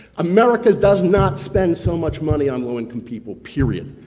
america does not spend so much money on low income people, period.